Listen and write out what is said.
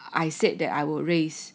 I said that I would raise